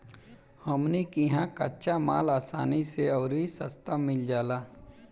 हमनी किहा कच्चा माल असानी से अउरी सस्ता मिल जाला